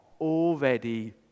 already